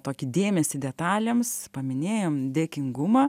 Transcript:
tokį dėmesį detalėms paminėjom dėkingumą